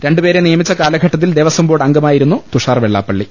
രണ്ടുപേരെ നിയമിച്ചു കാലഘട്ടത്തിൽ ദേവസം ബോർഡ് അംഗമായിരുന്നു തുഷാർവെള്ളാപ്പള്ളി